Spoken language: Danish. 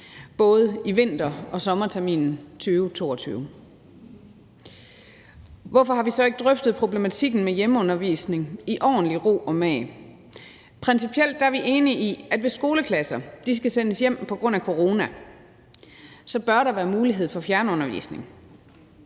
både i vinterterminen og i sommerterminen 2022. Hvorfor har vi så ikke drøftet problematikken med hjemmeundervisning ordentligt i ro og mag? Principielt er vi enige i, at hvis skoleklasser skal sendes hjem på grund af corona, bør der være mulighed for fjernundervisning.